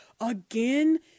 again